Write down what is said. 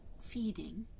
feeding